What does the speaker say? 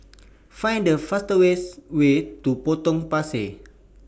Find The fastest Way to Potong Pasir